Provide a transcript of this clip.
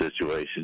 situation